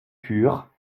cure